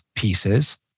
pieces